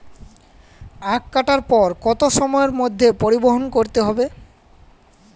আখ কাটার পর কত সময়ের মধ্যে পরিবহন করতে হবে?